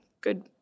good